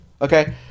okay